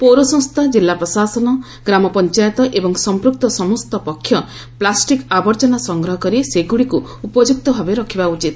ପୌରସଂସ୍ଥା କିଲ୍ଲା ପ୍ରଶାସନ ଗ୍ରାମ ପଞ୍ଚାୟତ ଏବଂ ସମ୍ପୁକ୍ତ ସମସ୍ତ ପକ୍ଷ ପ୍ଲାଷ୍ଟିକ୍ ଆବର୍ଜନା ସଂଗ୍ରହ କରି ସେଗୁଡ଼ିକୁ ଉପଯୁକ୍ତ ଭାବେ ରଖିବା ଉଚିତ